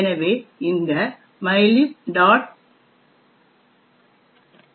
எனவே இந்த libmylib